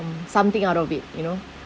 something out of it you know